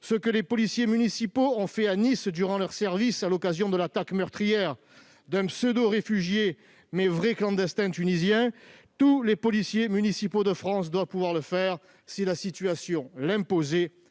Ce que les policiers municipaux ont fait à Nice durant leur service, à l'occasion de l'attaque meurtrière d'un pseudo-réfugié, mais vrai clandestin, tunisien, tous les policiers municipaux de France doivent pouvoir le faire si la situation l'impose,